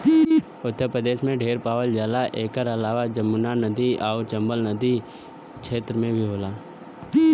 उत्तर प्रदेश में ढेर पावल जाला एकर अलावा जमुना आउर चम्बल नदी वाला क्षेत्र में भी होला